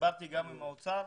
דיברתי גם עם האוצר.